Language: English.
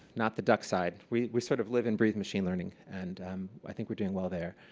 not the duck side. we we sort of live and breathe machine learning and i think we're doing well there.